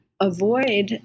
avoid